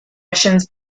russian